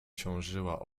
ciążyła